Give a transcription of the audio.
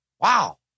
Wow